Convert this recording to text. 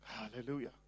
Hallelujah